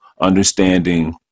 understanding